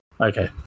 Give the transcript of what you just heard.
Okay